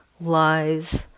lies